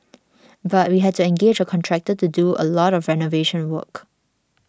but we had to engage a contractor to do a lot of renovation work